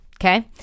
Okay